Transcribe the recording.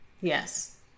Yes